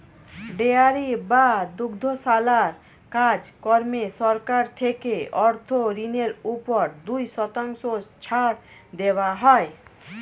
dairy বা দুগ্ধশালার কাজ কর্মে সরকার থেকে অর্থ ঋণের উপর দুই শতাংশ ছাড় দেওয়া হয়